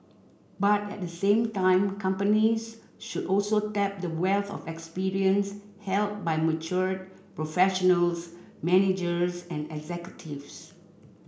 but at the same time companies should also tap the wealth of experience held by mature professionals managers and executives